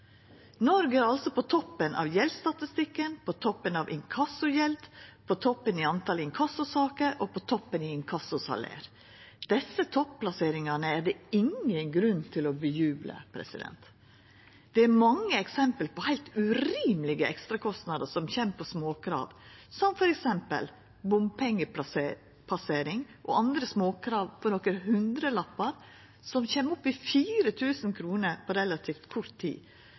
Noreg er altså på toppen av gjeldsstatistikken, på toppen i inkassogjeld, på toppen i talet på inkassosaker og på toppen i inkassosalær. Desse topplasseringane er det ingen grunn til å jubla over. Det er mange eksempel på heilt urimelege ekstrakostnader som kjem på småkrav, som f.eks. bompengepassering og andre småkrav på nokre hundrelappar, som kjem opp i 4 000 kr på relativt kort tid,